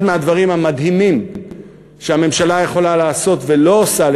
אחד מהדברים המדהימים שהממשלה יכולה לעשות והיא לא עושה,